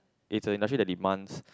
it's an industry that demands